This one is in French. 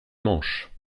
manches